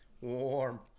warm